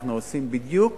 אנחנו עושים בדיוק